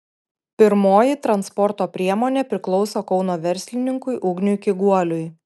pirmoji transporto priemonė priklauso kauno verslininkui ugniui kiguoliui